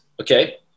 Okay